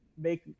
make